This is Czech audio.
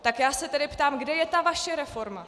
Tak já se tedy ptám, kde je ta vaše reforma.